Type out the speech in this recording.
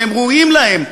שהם ראויים להם,